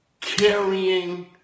carrying